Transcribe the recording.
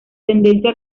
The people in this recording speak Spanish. tendencia